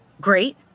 Great